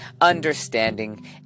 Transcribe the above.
understanding